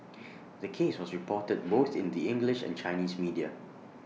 the case was reported both in the English and Chinese media